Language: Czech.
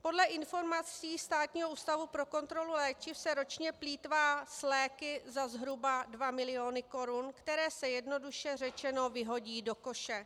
Podle informací Státního ústavu pro kontrolu léčiv se ročně plýtvá s léky za zhruba dva miliony korun, které se jednoduše řečeno vyhodí do koše.